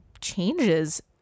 changes